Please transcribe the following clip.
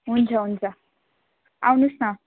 हुन्छ हुन्छ आउनुहोस् न